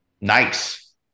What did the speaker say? nice